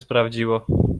sprawdziło